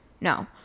no